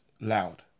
loud